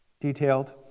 detailed